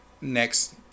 next